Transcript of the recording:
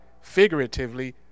Figuratively